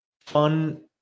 fun